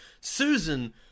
Susan